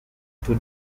two